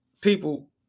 People